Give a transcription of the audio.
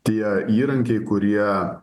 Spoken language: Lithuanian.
tie įrankiai kurie